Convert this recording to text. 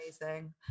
amazing